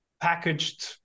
packaged